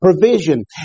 provision